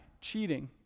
cheating